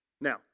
Now